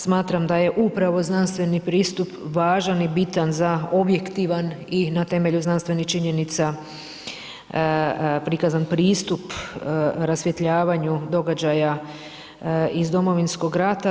Smatram da je upravo znanstveni pristup važan i bitan za objektivan i na temelju znanstvenih činjenica prikazan pristup rasvjetljavanju događaja iz Domovinskog rata.